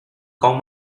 con